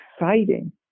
exciting